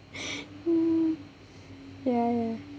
mm ya ya